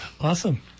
Awesome